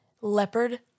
leopard